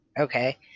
Okay